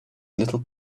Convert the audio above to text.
little